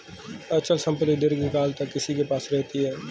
अचल संपत्ति दीर्घकाल तक किसी के पास रहती है